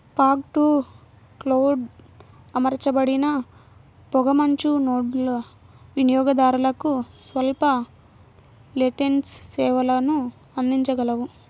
fog to cloud అమర్చబడిన పొగమంచు నోడ్లు వినియోగదారులకు స్వల్ప లేటెన్సీ సేవలను అందించగలవు